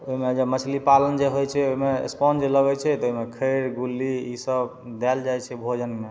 ओइमे जे मछली पालन जे होइ छै ओइमे स्पॉज लगय छै तऽ ओइमे खैर गुल्ली ई सब देल जाइ छै भोजनमे